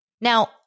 Now